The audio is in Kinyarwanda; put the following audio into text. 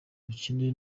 ubukene